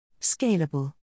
Scalable